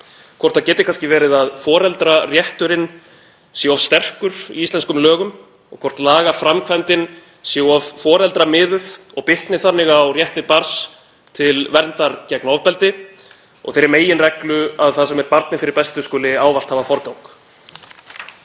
hvort það geti kannski verið að foreldrarétturinn séu of sterkur í íslenskum lögum og hvort lagaframkvæmdin sé of foreldramiðuð og bitni þannig á rétti barns til verndar gegn ofbeldi og þeirri meginreglu að það sem er barni fyrir bestu skuli ávallt hafa forgang.